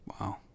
Wow